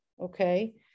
Okay